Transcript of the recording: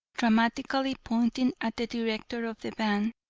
dramatically pointing at the director of the band,